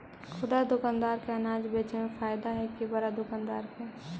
खुदरा दुकानदार के अनाज बेचे में फायदा हैं कि बड़ा दुकानदार के?